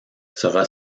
sera